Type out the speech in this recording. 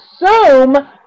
assume